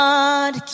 God